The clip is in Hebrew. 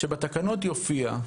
שבתקנות יופיע,